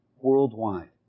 worldwide